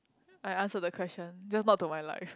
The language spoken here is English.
I answer the question just not to my life